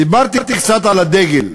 דיברתי קצת על הדגל,